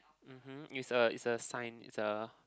mmhmm it's a it's a sign it's a